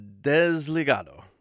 Desligado